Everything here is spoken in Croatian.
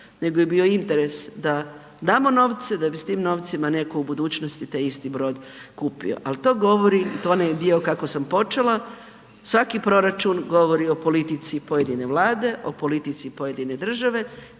nego je bio interes da damo novce da bi s tim novcima netko u budućnosti taj isti brod kupio. Ali to govori, to je onaj dio kako sam počela, svaki proračun govori o politici pojedine vlade, o politici pojedine države,